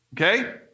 Okay